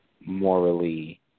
morally